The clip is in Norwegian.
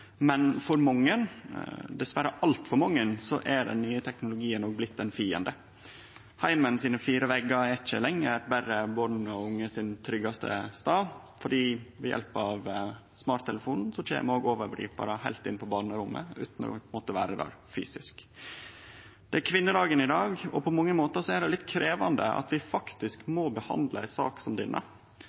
Men for mange, dessverre altfor mange, er den nye teknologien òg blitt ein fiende. Heimens fire veggar er ikkje lenger den tryggaste staden for born og unge, for ved hjelp av smarttelefonen kjem òg overgriparar heilt inn på barnerommet, utan å måtte vere der fysisk. Det er kvinnedagen i dag. På mange måtar er det litt krevjande at vi faktisk må behandle ei sak som denne,